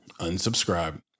unsubscribe